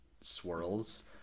swirls